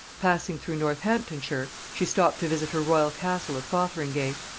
passing through northamptonshire, she stopped to visit her royal castle of fotheringay,